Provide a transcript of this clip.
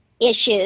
issues